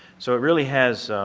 so it really has